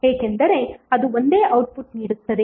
ಏಕೆಂದರೆ ಅದು ಒಂದೇ ಔಟ್ಪುಟ್ ನೀಡುತ್ತಿದೆ